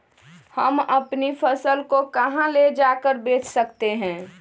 हम अपनी फसल को कहां ले जाकर बेच सकते हैं?